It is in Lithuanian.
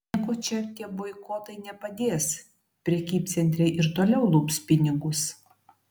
nieko čia tie boikotai nepadės prekybcentriai ir toliau lups pinigus